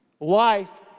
Life